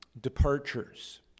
departures